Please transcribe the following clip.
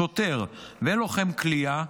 שוטר ולוחם כליאה,